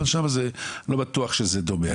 אבל אני לא בטוח שזה דומה.